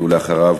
ואחריו,